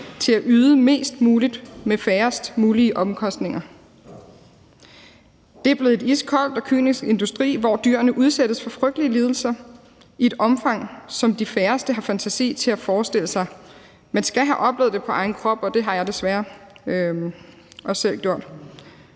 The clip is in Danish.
til at yde mest muligt med færrest mulige omkostninger. Det er blevet en iskold og kynisk industri, hvor dyrene udsættes for frygtelige lidelser i et omfang, som de færreste har fantasi til at forestille sig. Man skal have oplevet det, og det har jeg desværre også selv gjort